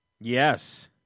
Yes